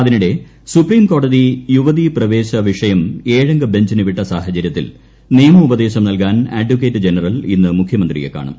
അതിനിടെ സുപ്രീംകോടതി യുവ്തീ പ്രവേശ വിഷയം ഏഴംഗ ബെഞ്ചിന് വിട്ട സാഹചര്യത്തിൽ നിയമോപദേശം നൽകാൻ അഡക്കേറ്റ് ജനറൽ ഇന്ന് മുഖ്യമന്ത്രിയെ കാണും